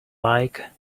like